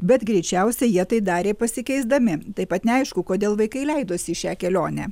bet greičiausiai jie tai darė pasikeisdami taip pat neaišku kodėl vaikai leidosi į šią kelionę